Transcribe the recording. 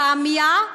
הפוליגמיה.